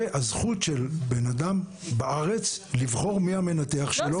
הזכות של בן אדם בארץ לבחור מי המנתח שלו.